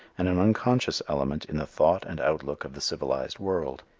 and an unconscious element in the thought and outlook of the civilized world.